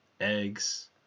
Eggs